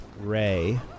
Ray